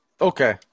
Okay